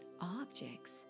objects